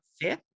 fifth